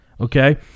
Okay